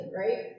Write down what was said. right